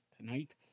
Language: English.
Tonight